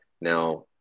Now